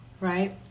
right